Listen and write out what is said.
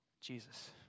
jesus